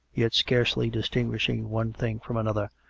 yet scarcely distinguishing one thing from another,